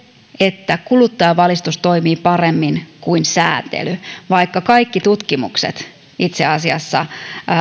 että kuluttajavalistus toimii paremmin kuin säätely vaikka kaikki tutkimukset itse asiassa